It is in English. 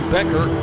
Becker